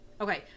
okay